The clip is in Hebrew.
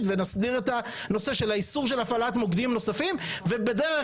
ונסדיר את הנושא של איסור של הפעלת מוקדים נוספים ובדרך